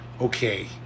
okay